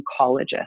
oncologist